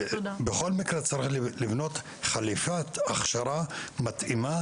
בכל מקרה צריך לבנות חליפת הכשרה מתאימה